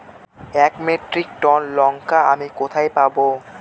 এক metric ton লঙ্কা আমি কোথায় পাবো?